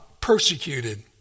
persecuted